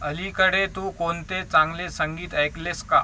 अलीकडे तू कोणते चांगले संगीत ऐकलेस का